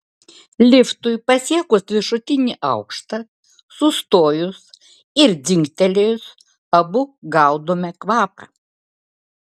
liftui pasiekus viršutinį aukštą sustojus ir dzingtelėjus abu gaudome kvapą